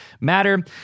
matter